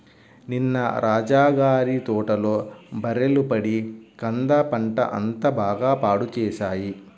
నిన్న రాజా గారి తోటలో బర్రెలు పడి కంద పంట అంతా బాగా పాడు చేశాయి